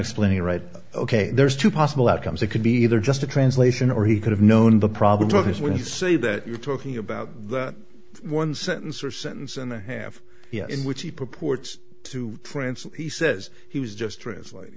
explaining right ok there's two possible outcomes it could be either just a translation or he could have known the problem is when you say that you're talking about one sentence or sentence and i have in which he purports to france he says he was just